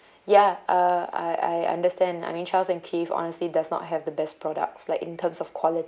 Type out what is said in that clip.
ya uh I I understand I mean charles and keith honestly does not have the best products like in terms of quality